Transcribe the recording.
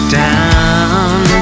down